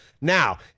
Now